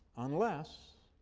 unless